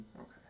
Okay